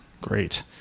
Great